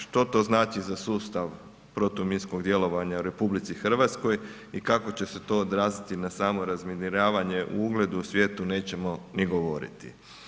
Što to znači za sustav protuminskog djelovanja u RH i kako će se to odraziti na samo razminiravanje u ugled u svijetu nećemo ni govoriti.